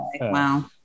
wow